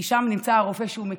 כי שם נמצא הרופא שהוא מכיר.